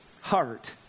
heart